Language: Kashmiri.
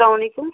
اسلام علیکم